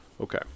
Okay